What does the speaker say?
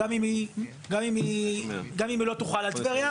גם אם היא לא תוחל על טבריה,